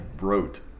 wrote